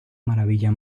maravilla